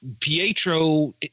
Pietro